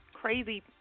crazy